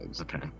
okay